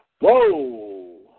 Whoa